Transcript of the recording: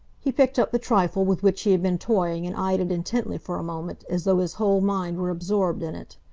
he picked up the trifle with which he had been toying and eyed it intently for a moment, as though his whole mind were absorbed in it.